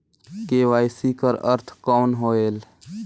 KYC कर अर्थ कौन होएल?